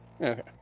okay